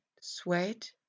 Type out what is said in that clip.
sweat